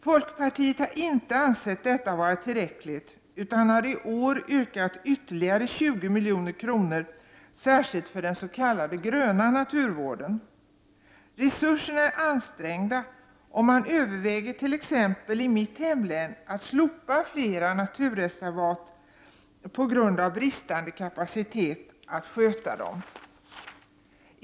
Folkpartiet har inte ansett detta vara tillräckligt, utan har i år yrkat på ytterligare 20 milj.kr. särskilt för den s.k. gröna naturvården. Resurserna är ansträngda, och man överväger t.ex. i mitt hemlän att slopa flera naturreservat på grund av bristande kapacitet att sköta dem.